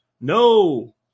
No